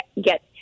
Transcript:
get